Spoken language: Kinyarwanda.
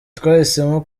twahisemo